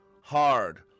hard